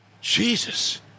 Jesus